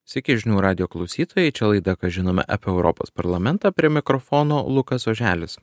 sveiki žinių radijo klausytojai čia laida ką žinome apie europos parlamentą prie mikrofono lukas oželis